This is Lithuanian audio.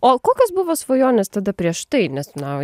o kokios buvo svajonės tada prieš tai nes na